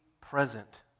present